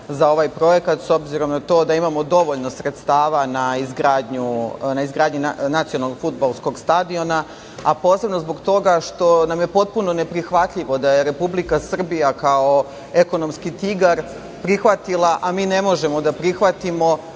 za ovaj projekat, s obzirom na to da imamo dovoljno sredstava na izgradnji nacionalnog fudbalskog stadiona, a posebno zbog toga što nam je potpuno neprihvatljivo da je Republika Srbija kao ekonomski tigar prihvatila, a mi ne možemo da prihvatimo